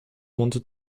wanted